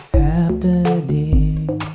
happening